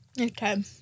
okay